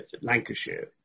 Lancashire